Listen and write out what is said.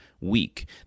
week